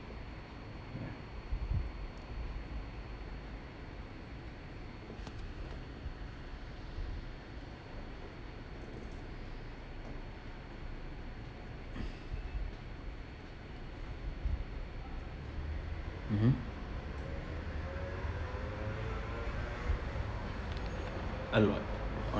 mmhmm a lot